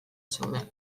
zeuden